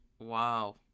Wow